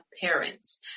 parents